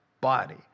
body